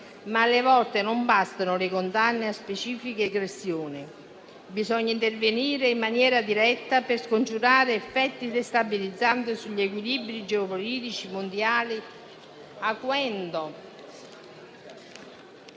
ma alle volte non bastano le condanne a specifiche aggressioni: bisogna intervenire in maniera diretta per scongiurare effetti destabilizzanti sugli equilibri geopolitici mondiali,